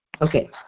okay